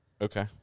Okay